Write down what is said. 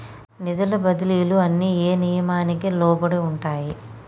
నిధుల బదిలీలు అన్ని ఏ నియామకానికి లోబడి ఉంటాయి?